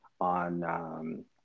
On